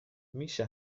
میشه